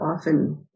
often